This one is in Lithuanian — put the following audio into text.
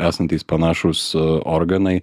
esantys panašūs organai